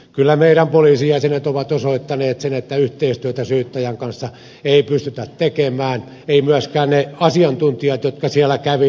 kyllä meidän poliisijäsenemme ovat osoittaneet sen että yhteistyötä syyttäjän kanssa ei pystytä tekemään samoin myöskin ne asiantuntijat jotka siellä kävivät